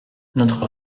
notre